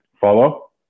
Follow